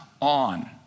on